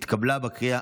נתקבל.